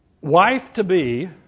wife-to-be